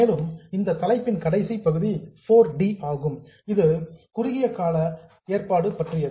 மேலும் இந்த தலைப்பின் கடைசி பகுதி 4d ஆகும் இது சார்ட் டெர்ம் புரோவிஷன் குறுகிய கால ஏற்பாடு பற்றியது